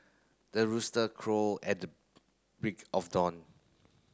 the rooster crawl at the break of dawn